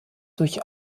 durch